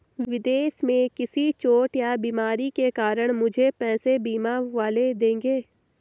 विदेश में किसी चोट या बीमारी के कारण मुझे पैसे बीमा वाले देंगे